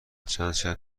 چندشب